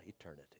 eternity